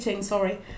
sorry